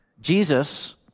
Jesus